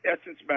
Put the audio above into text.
Essence